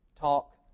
talk